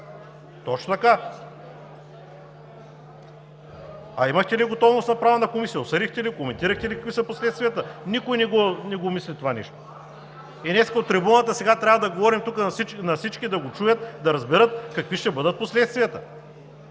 Точно така! А имахте ли готовност в Правната комисия? Обсъдихте ли, коментирахте ли какви са последствията? Никой не го мисли това нещо. И днес от трибуната, сега трябва да говорим тук на всички да го чуят, да разберат, какви ще бъдат последствията!